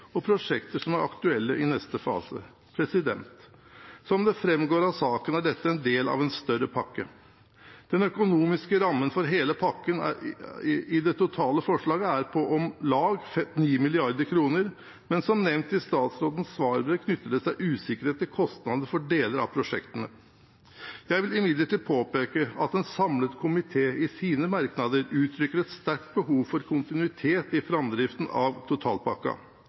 Som det framgår av saken, er dette en del av en større pakke. Den økonomiske rammen for hele pakken i det totale forslaget er på om lag 9 mrd. kr, men som nevnt i statsrådens svarbrev, knytter det seg usikkerhet til kostnadene for deler av prosjektene. Jeg vil imidlertid påpeke at en samlet komité i sine merknader uttrykker et sterkt behov for kontinuitet i framdriften av